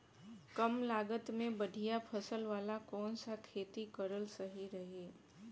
कमलागत मे बढ़िया फसल वाला कौन सा खेती करल सही रही?